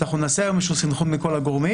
נעשה היום איזשהו סנכרון עם כל הגורמים.